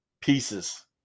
pieces